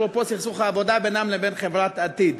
אפרופו סכסוך העבודה בינם לבין חברת "עתיד".